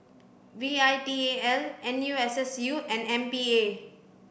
V I T A L N U S S U and M P A